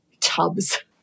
tubs